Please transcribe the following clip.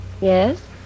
Yes